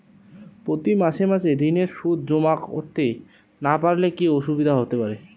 প্রতি মাসে মাসে ঋণের সুদ জমা করতে না পারলে কি অসুবিধা হতে পারে?